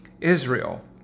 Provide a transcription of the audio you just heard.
Israel